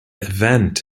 event